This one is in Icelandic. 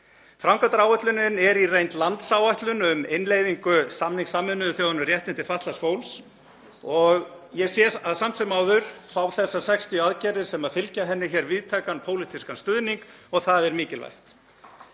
Framkvæmdaáætlunin er í reynd landsáætlun um innleiðingu samnings Sameinuðu þjóðanna um réttindi fatlaðs fólks og ég sé að samt sem áður fá þessar 60 aðgerðir sem fylgja henni víðtækan pólitískan stuðning og það er mikilvægt.